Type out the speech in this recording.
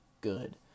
good